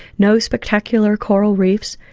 no spectacular coral reefs.